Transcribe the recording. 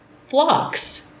flocks